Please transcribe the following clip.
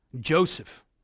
Joseph